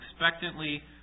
expectantly